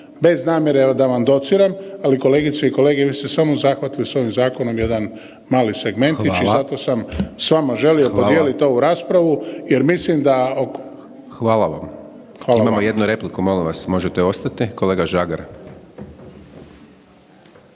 bez namjere da vam dociram, ali kolegice i kolege vi ste samo zahvatili s ovim zakonom jedan mali segmentić i zato sam s vama želio podijeliti ovu raspravu jer mislim da …/Upadica: Hvala vam./… Hvala vama. **Hajdaš Dončić, Siniša (SDP)** Imamo jednu repliku, molim vas možete ostati. Kolega Žagar.